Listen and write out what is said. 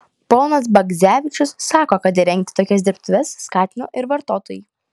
ponas bagdzevičius sako kad įrengti tokias dirbtuves skatino ir vartotojai